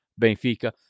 Benfica